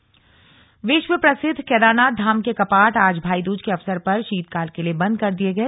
केदारनाथ कपाट बंद विश्व प्रसिद्ध केदारनाथ धाम के कपाट आज भाईदूज के अवसर पर शीतकाल के लिए बंद कर दिये गए